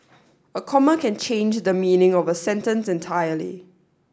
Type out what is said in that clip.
a comma can change the meaning of a sentence entirely